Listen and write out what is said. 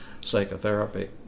psychotherapy